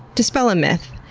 dispel a myth.